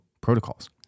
protocols